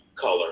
color